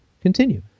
continue